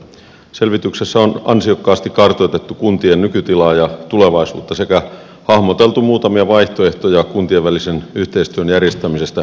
selvityksessä on ansiokkaasti kartoitettu kuntien nykytilaa ja tulevaisuutta sekä hahmoteltu muutamia vaihtoehtoja kuntien välisen yhteistyön järjestämisestä tulevaisuudessa